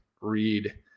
read